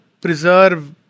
preserve